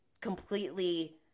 completely